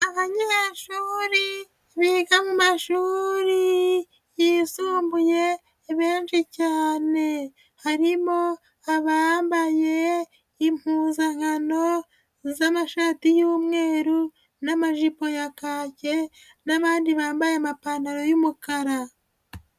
Abanyeshuri biga mu mashuri yisumbuye benshi cyane, harimo abambaye impuzankano z'amashati y'umweru n'amajipo ya kake n'abandi bambaye amapantaro y'umukara.